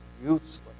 useless